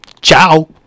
Ciao